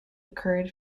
occurred